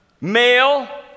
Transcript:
male